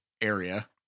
area